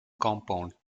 compound